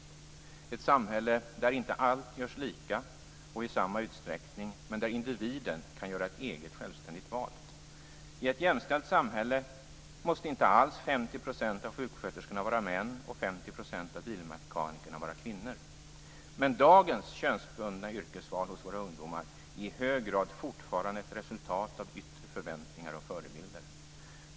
Det är ett samhälle där inte allt görs lika och i samma utsträckning, men där individen kan göra ett eget, självständigt val. I ett jämställt samhälle måste inte 50 % av sjuksköterskorna vara män och 50 % av bilmekanikerna vara kvinnor. Men dagens könsbundna yrkesval hos våra ungdomar är i hög grad fortfarande ett resultat av yttre förväntningar och förebilder.